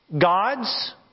God's